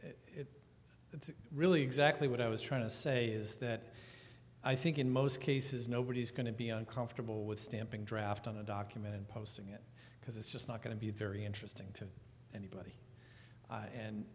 at's really exactly what i was trying to say is that i think in most cases nobody's going to be uncomfortable with stamping draft on a document and posting it because it's just not going to be very interesting to anybody and